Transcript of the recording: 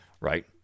right